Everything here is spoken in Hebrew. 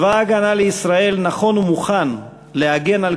צבא ההגנה לישראל נכון ומוכן להגן על